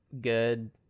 good